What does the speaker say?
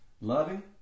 Loving